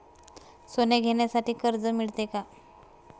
सोने घेण्यासाठी कर्ज मिळते का?